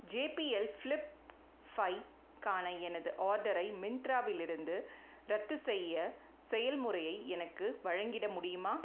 JBL flip ஃபைவ்க் கான எனது ஆர்டரை மிந்த்ராவிலிருந்து ரத்து செய்ய செயல்முறையை எனக்கு வழங்கிட முடியுமா